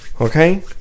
Okay